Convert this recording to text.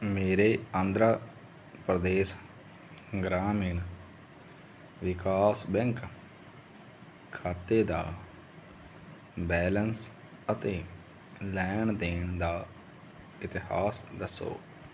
ਮੇਰੇ ਆਂਧਰਾ ਪ੍ਰਦੇਸ਼ ਗ੍ਰਾਮੀਣ ਵਿਕਾਸ ਬੈਂਕ ਖਾਤੇ ਦਾ ਬੈਲੰਸ ਅਤੇ ਲੈਣ ਦੇਣ ਦਾ ਇਤਿਹਾਸ ਦੱਸੋ